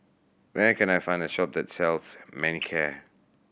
where can I find a shop that sells Manicare